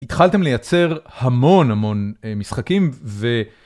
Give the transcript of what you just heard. התחלתם לייצר המון המון משחקים ו